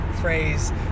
phrase